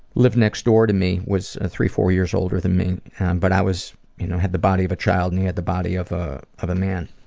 lived next door to me was three four years older than me but i had the body of a child and he had the body of a of a man.